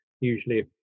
usually